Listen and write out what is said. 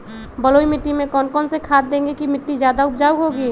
बलुई मिट्टी में कौन कौन से खाद देगें की मिट्टी ज्यादा उपजाऊ होगी?